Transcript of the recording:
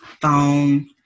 phone